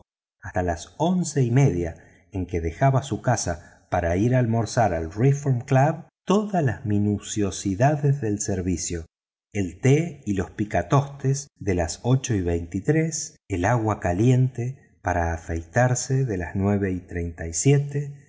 hasta las once y media en que dejaba su casa para ir a almorzar al reform club todas las minuciosidades del servicio el té y los picatostes de las ocho y veintitrés el agua caliente para afeitarse de las nueve y treinta y siete